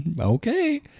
Okay